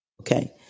Okay